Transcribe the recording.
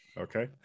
Okay